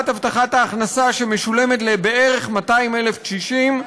הבטחת ההכנסה שמשולמת בערך ל-200,000 קשישים,